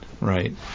right